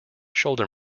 shoulder